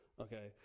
okay